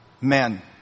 Men